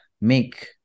make